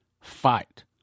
fight